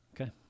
okay